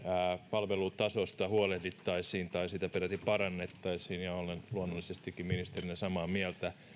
palvelutasosta huolehdittaisiin tai sitä peräti parannettaisiin ja olen luonnollisestikin ministerinä samaa mieltä